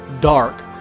dark